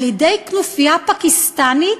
על-ידי כנופיה פקיסטנית,